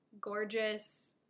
gorgeous